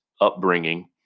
upbringing